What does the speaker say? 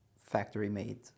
factory-made